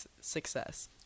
success